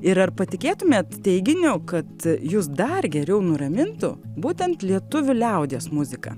ir ar patikėtumėt teiginiu kad jus dar geriau nuramintų būtent lietuvių liaudies muzika